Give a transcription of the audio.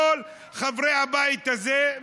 כל חברי הבית הזה,